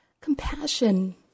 Compassion